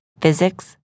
physics